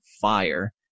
fire